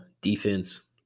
defense